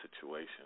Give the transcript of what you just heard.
situation